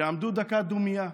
שיעמדו דקה דומייה,